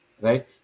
Right